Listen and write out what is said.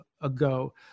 ago